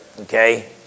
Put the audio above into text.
Okay